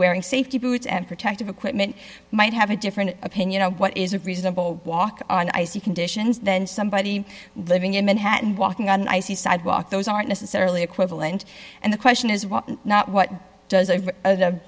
wearing safety boots and protective equipment might have a different opinion what is a reasonable walk on icy conditions than somebody living in manhattan walking on an icy sidewalk those aren't necessarily equivalent and the question is not what does